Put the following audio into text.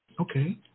Okay